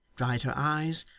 dried her eyes,